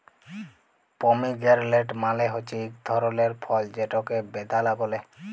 pomegranate মালে হছে ইক ধরলের ফল যেটকে বেদালা ব্যলে